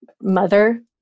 mother